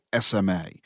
SMA